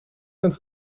een